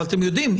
אבל אתם יודעים,